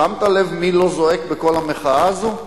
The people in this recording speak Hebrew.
שמת לב מי לא זועק בכל המחאה הזאת?